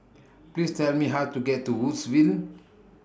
Please Tell Me How to get to Woodsville